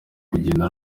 kugenda